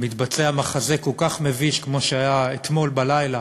מתבצע מחזה כל כך מביש כמו שהיה אתמול בלילה